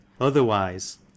otherwise